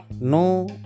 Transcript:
No